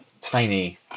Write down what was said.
tiny